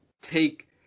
take